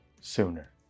sooner